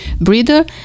Breeder